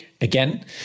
again